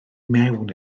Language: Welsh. mewn